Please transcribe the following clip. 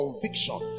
Conviction